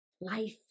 life